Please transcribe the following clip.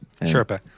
Sherpa